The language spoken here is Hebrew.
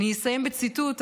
אני אסיים בציטוט,